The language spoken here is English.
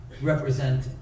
represent